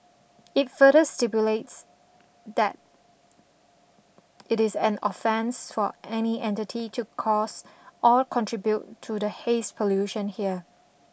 it further stipulates that it is an offence for any entity to cause or contribute to the haze pollution here